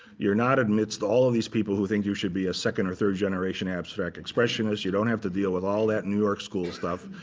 not admits to all of these people who think you should be a second or third generation abstract expressionist. you don't have to deal with all that new york school stuff.